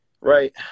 Right